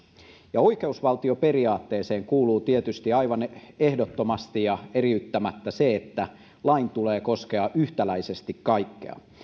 ja oikeusval tioperiaatteeseen kuuluu tietysti aivan ehdottomasti ja eriyttämättä se että lain tulee koskea yhtäläisesti kaikkia